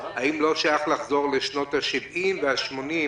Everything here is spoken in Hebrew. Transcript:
האם לא צריך לחשוב על לחזור לשנות השבעים והשמונים,